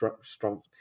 strong